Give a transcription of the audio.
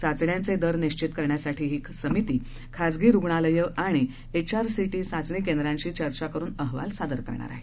चाचण्यांचे दर निश्वित करण्यासाठी ही समिती खासगी रुग्णालयं आणि एचआरसीटी चाचणी केंद्रांशी चर्चा करुन अहवाल सादर करणार आहे